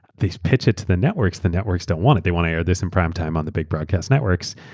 they pitch it to the networks, the networks don't want it. they want to air this in primetime on the big broadcast networks.